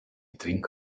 think